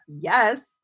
yes